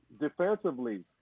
defensively